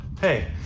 hey